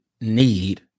need